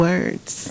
Words